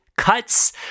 Cuts